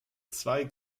zwei